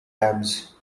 rams